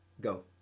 go